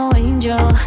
angel